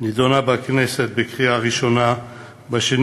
נדונה בכנסת בקריאה ראשונה ב-2